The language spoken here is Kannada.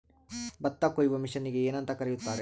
ಭತ್ತ ಕೊಯ್ಯುವ ಮಿಷನ್ನಿಗೆ ಏನಂತ ಕರೆಯುತ್ತಾರೆ?